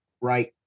right